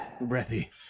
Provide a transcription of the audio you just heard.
Breathy